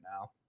now